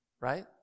right